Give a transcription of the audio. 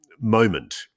moment